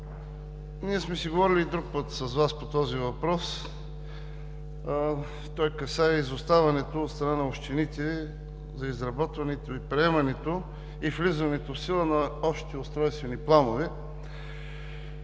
ние сме си говорили и друг път с Вас по този въпрос, а той касае изоставането от страна на общините за изработването и приемането и влизането в сила на общи устройствени планове.